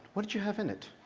what did you have in it?